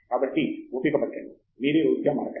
తంగిరాల కాబట్టి ఓపిక పట్టండి మీరే రోగిగా మారకండి